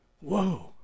Whoa